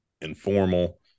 informal